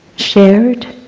shared,